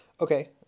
Okay